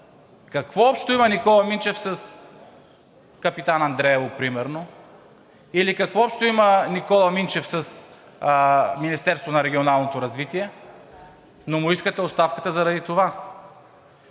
Какво общо има Никола Минчев с Капитан Андреево примерно? Или какво общо има Никола Минчев с Министерството на регионалното развитие и благоустройството? Но му искате оставката заради това.